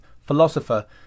philosopher